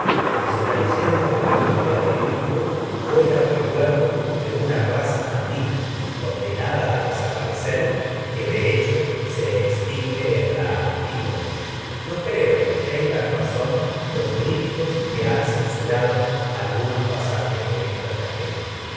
fuera si la leyenda de la familia de una recuerdo de raza maldita condenada a des aparecer y que de hecho se extingue en la antígona no creo tengan razón los críticos que han cen surado de algunos pasajes de esta que tragedia